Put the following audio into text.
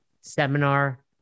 seminar